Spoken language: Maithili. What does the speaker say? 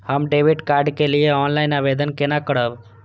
हम डेबिट कार्ड के लिए ऑनलाइन आवेदन केना करब?